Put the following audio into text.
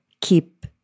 keep